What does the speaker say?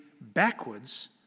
backwards